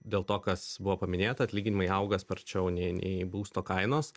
dėl to kas buvo paminėta atlyginimai auga sparčiau nei nei būsto kainos